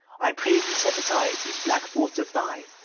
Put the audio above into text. i pray thee set aside these black thoughts of thine,